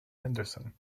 henderson